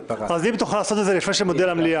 לא רציתי לפגוע באף אחד ולא עשיתי מינויים